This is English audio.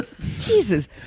Jesus